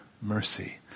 mercy